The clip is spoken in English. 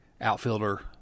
outfielder